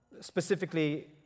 Specifically